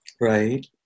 Right